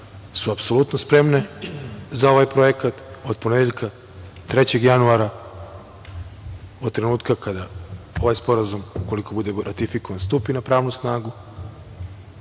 su apsolutno spremne za ovaj projekat od ponedeljka, 3. januara, od trenutka kada ovaj sporazum, ukoliko bude ratifikovan, stupi na pravnu snagu,